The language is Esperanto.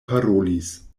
parolis